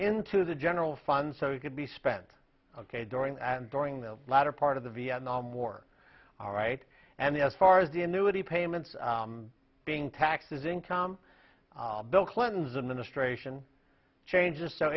into the general fund so he could be spent ok during and during the latter part of the vietnam war all right and as far as the annuity payments being taxes income bill clinton's administration changes so